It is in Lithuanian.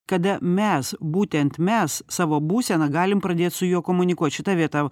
kada mes būtent mes savo būseną galim pradėti su juo komunikuot šita vieta